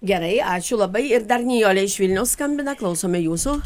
gerai ačiū labai ir dar nijolė iš vilniaus skambina klausome jūsų